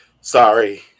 sorry